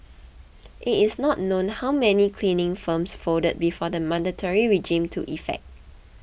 it is not known how many cleaning firms folded before the mandatory regime took effect